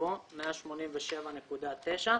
יבוא "187.9%".